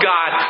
God